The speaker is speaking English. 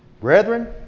Brethren